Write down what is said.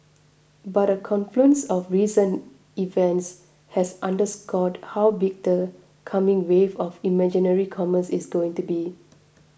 but a confluence of recent events has underscored how big the coming wave of imaginary commerce is going to be